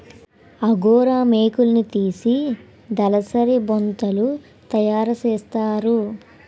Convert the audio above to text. angora మేకలున్నితీసి దలసరి బొంతలు తయారసేస్తారు